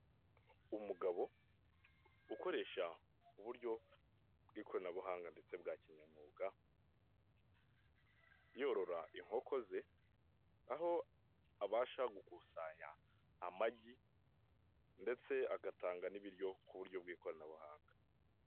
Umugabo, ukoresha uburyo bw'ikoranabuhanga ndetse bwa kinyamwuga, yorora inkoko ze, aho abasha gukusanya amagi ndetse agatanga n'ibiryo ku buryo bw'ikoranabuhanga.